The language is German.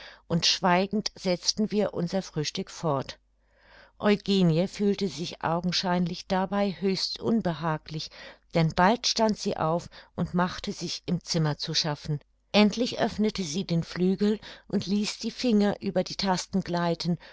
und schweigend setzten wir unser frühstück weiter fort eugenie fühlte sich augenscheinlich dabei höchst unbehaglich denn bald stand sie auf und machte sich im zimmer zu schaffen endlich öffnete sie den flügel und ließ die finger über die tasten gleiten